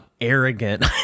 arrogant